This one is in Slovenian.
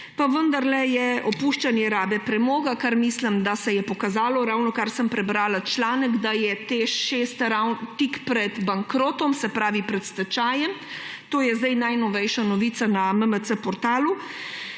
Pa vendarle je opuščanje rabe premoga, kar mislim, da se je pokazalo. Ravnokar sem prebrala članek, da je TEŠ 6 tik pred bankrotom, se pravi pred stečajem. To je sedaj najnovejša novica na MMC portalu.